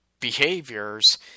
behaviors